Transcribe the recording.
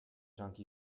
junk